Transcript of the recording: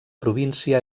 província